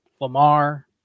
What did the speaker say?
Lamar